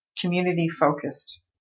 community-focused